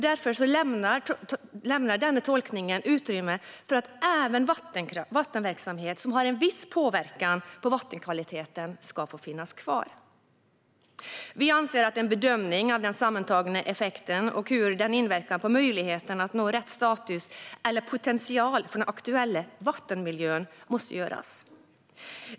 Därför lämnar denna tolkning utrymme för att även vattenverksamhet som har en viss påverkan på vattenkvaliteten ska få finnas kvar. Vi anser att en bedömning av den sammantagna effekten och hur den inverkar på möjligheten att nå rätt status eller potential för den aktuella vattenmiljön måste göras.